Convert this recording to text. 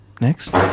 next